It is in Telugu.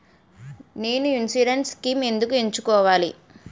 నేను ఇన్సురెన్స్ స్కీమ్స్ ఎందుకు ఎంచుకోవాలి?